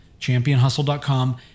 championhustle.com